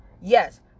yes